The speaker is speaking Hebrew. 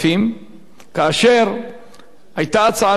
כאשר היתה הצעה של ההסתדרות,